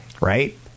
right